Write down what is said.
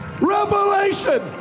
Revelation